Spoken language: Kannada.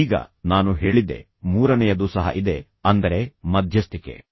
ಈಗ ನಾನು ಹೇಳಿದ್ದೆ ಮೂರನೆಯದು ಸಹ ಇದೆ ಅಂದರೆ ಮಧ್ಯಸ್ಥಿಕೆ